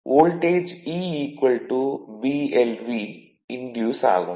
voltage E Blv induce ஆகும்